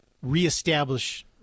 reestablish